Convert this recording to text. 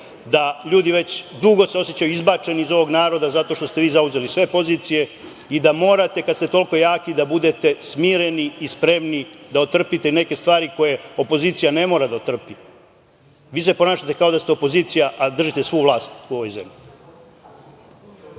da ljudi se već dugo osećaju izbačenim iz ovog naroda, zato što ste vi zauzeli sve pozicije i da morate kada ste toliko jaki da budete smireni i spremni da otrpite neke stvari koje opozicija ne mora da otrpi. Vi se ponašate kao da ste opozicija, a držite svu vlast u ovoj zemlji.